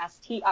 STR